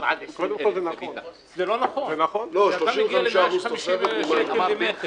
זה יכול להגיע ל-150 שקל למטר.